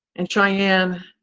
and sheyann,